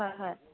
হয় হয়